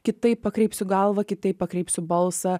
kitaip pakreipsiu galvą kitaip pakreipsiu balsą